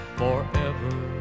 forever